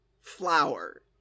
Flower